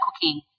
cooking